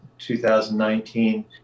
2019